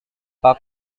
pak